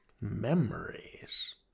Memories